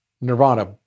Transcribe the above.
Nirvana